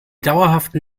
dauerhaften